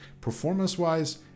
performance-wise